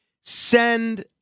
send